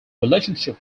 relationship